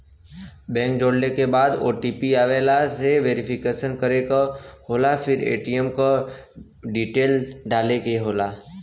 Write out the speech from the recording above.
bank जोड़ले के बाद ओ.टी.पी आवेला से वेरिफिकेशन करे क होला फिर ए.टी.एम क डिटेल डाले क होला